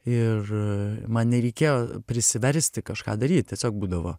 ir man nereikėjo prisiversti kažką daryti tiesiog būdavo